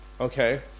okay